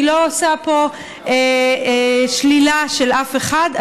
אני לא עושה פה שלילה של אף אחד,